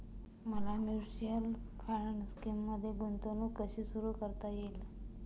मला mutual fund स्कीममध्ये गुंतवणूक कशी सुरू करता येईल?